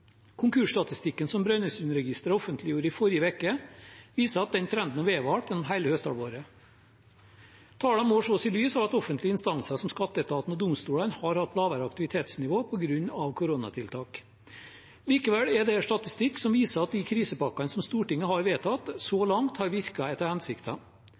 som Brønnøysundregistrene offentliggjorde i forrige uke, viser at den trenden vedvarte gjennom hele høsthalvåret. Tallene må sees i lys av at offentlige instanser som skatteetaten og domstolene har hatt lavere aktivitetsnivå på grunn av koronatiltak. Likevel er dette statistikk som viser at krisepakkene som Stortinget har vedtatt, så langt har virket etter